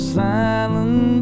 silent